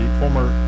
former